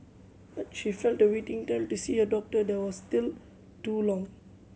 but she felt the waiting time to see a doctor there was still too long